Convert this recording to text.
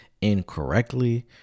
incorrectly